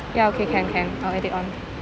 ya okay can can I'll add it on